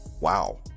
Wow